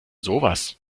sowas